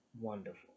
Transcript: wonderful